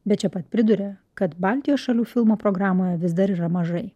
bet čia pat priduria kad baltijos šalių filmų programoje vis dar yra mažai